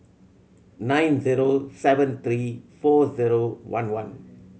nine zero seven three four zero one one